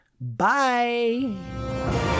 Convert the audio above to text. Bye